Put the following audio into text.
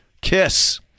Kiss